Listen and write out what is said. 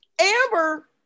Amber